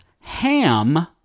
ham